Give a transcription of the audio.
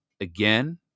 again